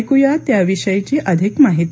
ऐकुया त्या विषयीची अधिक माहिती